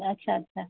अच्छा अच्छा